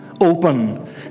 Open